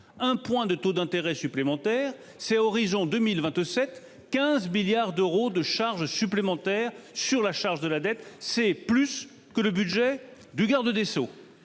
1 point de taux d'intérêt supplémentaire c'est horizon 2027 15 milliards d'euros de charges supplémentaires sur la charge de la dette. C'est plus que le budget du garde des Sceaux,